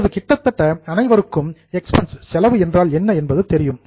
இப்போது கிட்டத்தட்ட அனைவருக்கும் எக்ஸ்பென்ஸ் செலவு என்றால் என்ன என்பது தெரியும்